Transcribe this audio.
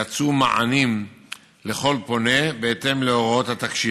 יצאו מענים לכל פונה בהתאם להוראות התקשי"ר.